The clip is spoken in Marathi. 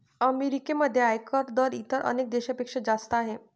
अमेरिकेमध्ये आयकर दर इतर अनेक देशांपेक्षा जास्त आहे